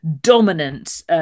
dominant